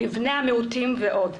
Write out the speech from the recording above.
לבני המיעוטים ועוד.